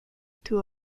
toux